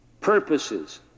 purposes